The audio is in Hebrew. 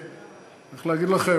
איך להגיד לכם,